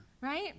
right